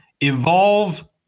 Evolve